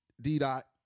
D-Dot